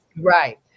Right